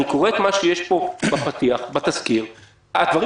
אני קורא את מה שיש פה בפתיח בתזכיר הדברים